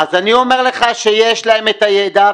אז אני אומר לך שיש להם את הידע,